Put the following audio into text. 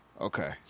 Okay